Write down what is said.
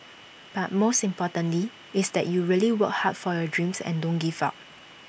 but most importantly is that you really work hard for your dreams and don't give up